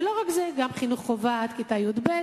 ולא רק את זה, גם חינוך חובה עד כיתה י"ב,